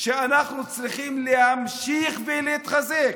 שאנחנו צריכים להמשיך להתחזק,